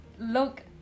look